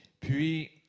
Puis